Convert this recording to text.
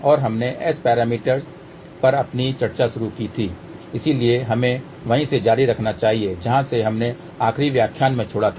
और हमने S parameters पर अपनी चर्चा शुरू की थी इसलिए हमें वहीं से जारी रखना चाहिए जहां से हमने आखिरी व्याख्यान में छोड़ा था